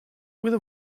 with